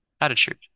attitude